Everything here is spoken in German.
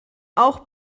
auch